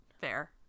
Fair